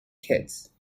kids